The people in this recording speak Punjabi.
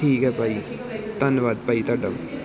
ਠੀਕ ਹੈ ਭਾਅ ਜੀ ਧੰਨਵਾਦ ਭਾਅ ਜੀ ਤੁਹਾਡਾ